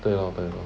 对咯对咯